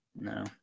no